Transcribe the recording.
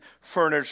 furniture